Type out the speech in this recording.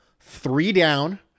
three-down